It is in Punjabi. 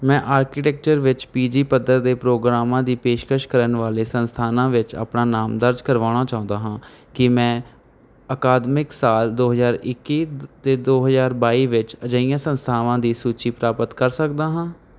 ਮੈਂ ਆਰਕੀਟੈਕਚਰ ਵਿੱਚ ਪੀ ਜੀ ਪੱਧਰ ਦੇ ਪ੍ਰੋਗਰਾਮਾਂ ਦੀ ਪੇਸ਼ਕਸ਼ ਕਰਨ ਵਾਲੇ ਸੰਸਥਾਨਾਂ ਵਿੱਚ ਆਪਣਾ ਨਾਮ ਦਰਜ ਕਰਵਾਉਣਾ ਚਾਹੁੰਦਾ ਹਾਂ ਕੀ ਮੈਂ ਅਕਾਦਮਿਕ ਸਾਲ ਦੋ ਹਜ਼ਾਰ ਇੱਕੀ ਅਤੇ ਦੋ ਹਜ਼ਾਰ ਬਾਈ ਵਿੱਚ ਅਜਿਹੀਆਂ ਸੰਸਥਾਵਾਂ ਦੀ ਸੂਚੀ ਪ੍ਰਾਪਤ ਕਰ ਸਕਦਾ ਹਾਂ